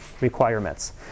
requirements